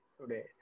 today